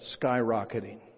skyrocketing